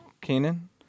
canon